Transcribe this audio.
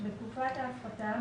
בתקופת ההפחתה,